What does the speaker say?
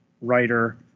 writer